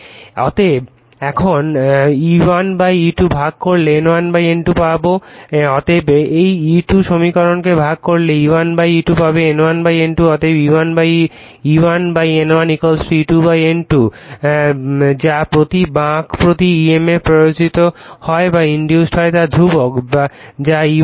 এখন অতএব E1E2 ভাগ করলে N1N2 পাবে অতএব এই E2 সমীকরণকে ভাগ করলে E1E2 পাবে N1N2 অতএব E1N1 E2N2 যা প্রতি বাঁক প্রতি EMF প্ররোচিত হয় তা ধ্রুবক যা E1N1